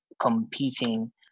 competing